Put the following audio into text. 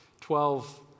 Twelve